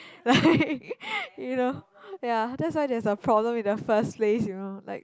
like you know ya that's why there's a problem in the first place you know like